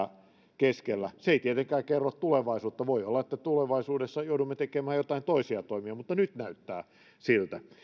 keskellä se ei tietenkään kerro tulevaisuutta voi olla että tulevaisuudessa joudumme tekemään joitain toisia toimia mutta nyt näyttää siltä